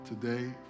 Today